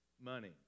money